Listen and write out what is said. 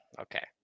Okay